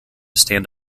stand